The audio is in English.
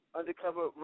undercover